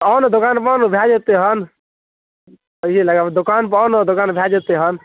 आउ ने दोकान बन्द भऽ जेतै हँ ओहिए लगामे दोकान बन्द भऽ जेतै हँ